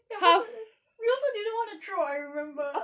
lepas tu we also didn't want to throw I remember